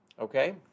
Okay